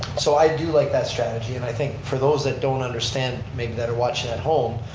so i do like that strategy and i think for those that don't understand maybe, that are watching at home,